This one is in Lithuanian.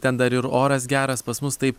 ten dar ir oras geras pas mus taip